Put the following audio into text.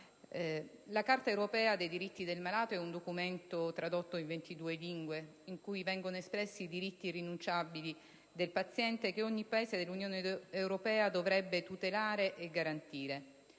La Carta europea dei diritti del malato è un documento tradotto in 22 lingue in cui vengono espressi i diritti irrinunciabili del paziente che ogni Paese dell'Unione europea dovrebbe tutelare e garantire.